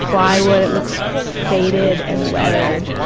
plywood. it looks faded and weathered.